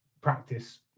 practice